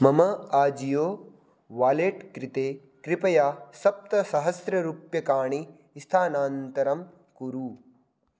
मम आजियो वालेट् कृते कृपया सप्तसहस्ररूप्यकाणां स्थानान्तरं कुरु